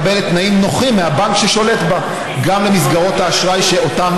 מקבלת תנאים נוחים מהבנק ששולט בה גם למסגרות האשראי שאותן